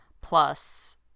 plus